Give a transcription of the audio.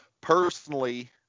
personally